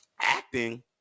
acting